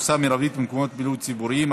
תפוסה מרבית במקומות בילוי ציבוריים),